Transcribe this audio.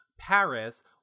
paris